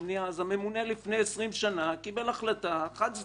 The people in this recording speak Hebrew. אז הממונה לפני עשרים שנה קיבל החלטה חד-צדדית.